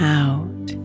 out